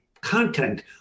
content